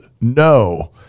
no